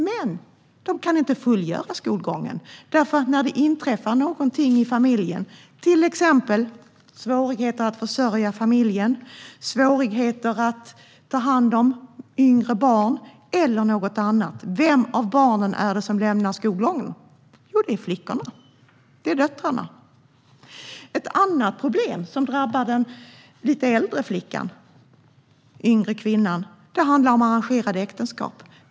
Men de kan inte fullgöra skolgången, för när det inträffar någonting i familjen, till exempel svårigheter att försörja familjen, svårigheter att ta hand om yngre barn eller något annat - vem av barnen är det som lämnar skolgången? Jo, det är flickorna. Det är döttrarna. Ett annat problem som drabbar den lite äldre flickan eller unga kvinnan är arrangerade äktenskap.